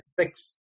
fix